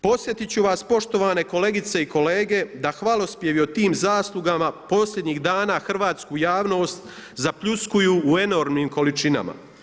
Podsjetiti ću vas poštovane kolegice i kolege da hvalospjevi o tim zaslugama posljednjih dana hrvatsku javnost zapljuskuju u enormnim količinama.